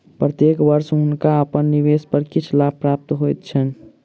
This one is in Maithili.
प्रत्येक वर्ष हुनका अपन निवेश पर किछ लाभ प्राप्त होइत छैन